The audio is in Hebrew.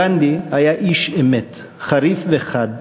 גנדי היה איש אמת, חריף וחד,